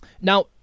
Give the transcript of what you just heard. Now